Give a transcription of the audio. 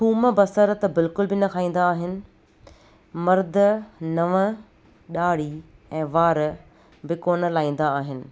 थूम बसर त बिल्कुलु बि न खाईंदा आहिनि मर्द नव डाढ़ी ऐं वार बि कोन लाहींदा आहिनि